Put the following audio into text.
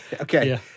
Okay